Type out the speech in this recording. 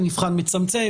מבחן מצמצם,